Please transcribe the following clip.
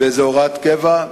באיזו הוראת קבע,